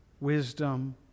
wisdom